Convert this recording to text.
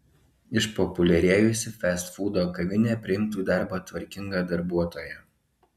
išpopuliarėjusi festfūdo kavinė priimtų į darbą tvarkingą darbuotoją